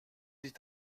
sich